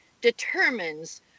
determines